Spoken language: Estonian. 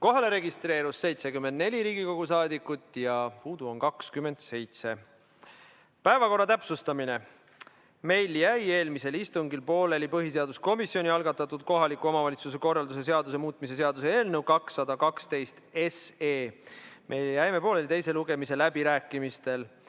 Kohalolijaks registreerus 74 Riigikogu liiget ja puudu on 27. Meil jäi eelmisel istungil pooleli põhiseaduskomisjoni algatatud kohaliku omavalitsuse korralduse seaduse muutmise seaduse eelnõu 212. Me jäime pooleli teise lugemise läbirääkimistel.